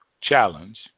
challenge